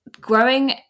growing